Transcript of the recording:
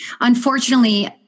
Unfortunately